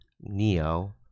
Neo